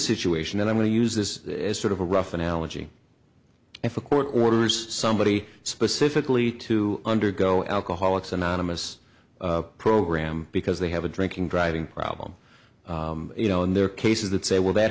situation then i'm going to use this as sort of a rough analogy if a court orders somebody specifically to undergo alcoholics anonymous program because they have a drinking driving problem you know and there are cases that say well that